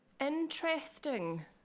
Interesting